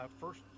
first